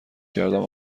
کردم